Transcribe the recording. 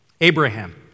Abraham